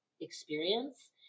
experience